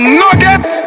nugget